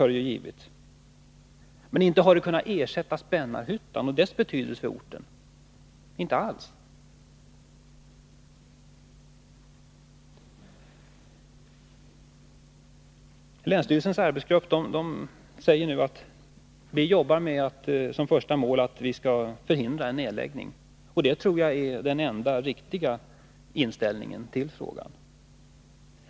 Men det arbetet har inte alls kunnat ersätta Spännarhyttan och dess betydelse för orten. Länsstyrelsens arbetsgrupp säger nu att den jobbar med att, som första mål, förhindra en nedläggning, och det tror jag är den enda riktiga inställningen till frågan.